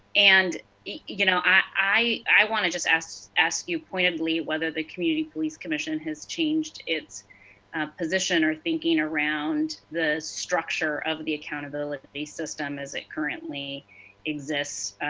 and you know i want to just ask ask you pointedly, whether the community police commission has changed its position or thinking around the structure of the accountability system, as it currently exists.